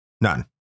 None